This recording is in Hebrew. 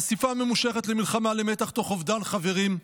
חשיפה ממושכת למלחמה, למתח, תוך אובדן חברים,